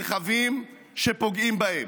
רכבים שפוגעים בהם,